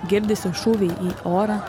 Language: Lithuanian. girdisi šūviai į orą